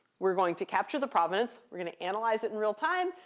we're going to capture the provenance. we're going to analyze it in real time.